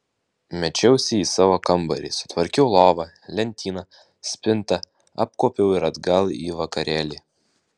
mečiausi į savo kambarį sutvarkiau lovą lentyną spintą apkuopiau ir atgal į vakarėlį